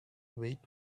wait